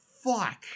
fuck